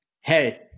Hey